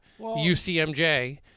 UCMJ